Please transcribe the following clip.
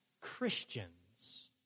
Christians